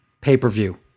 pay-per-view